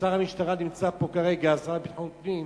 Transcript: שר המשטרה נמצא פה כרגע, השר לביטחון פנים,